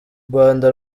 rwanda